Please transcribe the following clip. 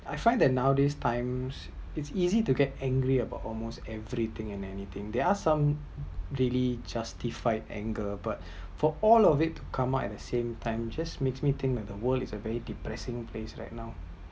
I find that nowadays times it’s easy to get angry about almost everything and anything there are some really justified anger but for all of it to come out at the same time just make me think that the world is a very depressing place right now